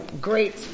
great